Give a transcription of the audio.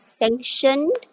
sanctioned